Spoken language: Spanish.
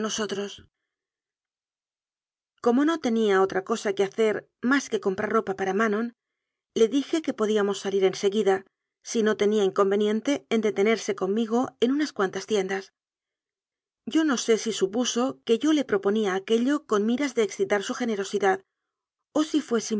nosotros como no tenía otra cosa que hacer más que comprar ropa para manon le dije que podíamos salir en seguida si no tenía inconveniente en de tenerse conmigo en unas cuantas tiendas yo no sé si supuso que yo le proponía aquello con miras de excitar su generosidad o si fué